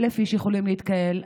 1,000 איש יכולים להתקהל,